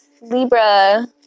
Libra